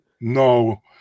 No